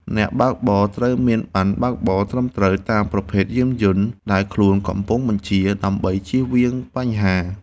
អ្នកបើកបរត្រូវមានប័ណ្ណបើកបរត្រឹមត្រូវតាមប្រភេទយានយន្តដែលខ្លួនកំពុងបញ្ជា ដើម្បីចៀសវាងបញ្ហា។